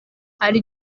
hari